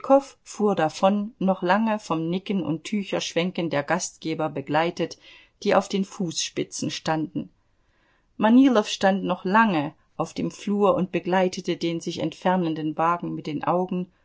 fuhr davon noch lange vom nicken und tücherschwenken der gastgeber begleitet die auf den fußspitzen standen manilow stand noch lange auf dem flur und begleitete den sich entfernenden wagen mit den augen